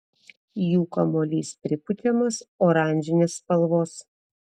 jų kamuolys pripučiamas oranžinės spalvos